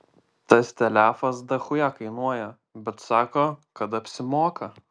tas telefas dachuja kainuoja bet sako kad apsimoka